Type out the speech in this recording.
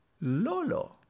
Lolo